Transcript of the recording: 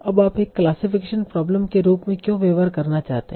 अब आप एक क्लासिफिकेशन प्रॉब्लम के रूप में क्यों व्यवहार करना चाहते हैं